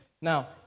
Now